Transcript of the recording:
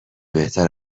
بهتر